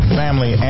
family